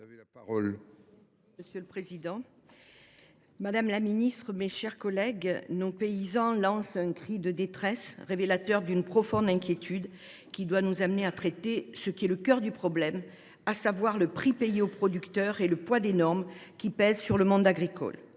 Monsieur le président, madame la ministre, mes chers collègues, nos paysans lancent actuellement un cri de détresse qui est révélateur d’une profonde inquiétude ; celle ci doit nous amener à traiter ce qui constitue le cœur du problème, à savoir le prix payé aux producteurs et le poids des normes qui s’appliquent au monde agricole.